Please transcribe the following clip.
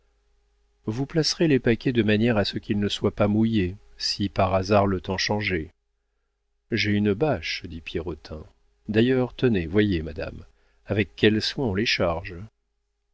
vous placerez les paquets de manière qu'ils ne soient pas mouillés si par hasard le temps changeait j'ai une bâche dit pierrotin d'ailleurs tenez voyez madame avec quels soins on les charge